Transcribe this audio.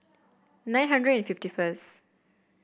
nine hundred and fifty first